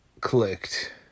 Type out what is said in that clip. clicked